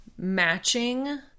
Matching